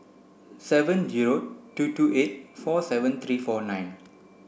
seven zero two two eight four seven three four nine